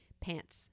Pants